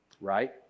Right